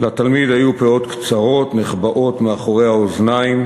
היו פאות קצרות, נחבאות מאחורי האוזניים.